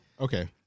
Okay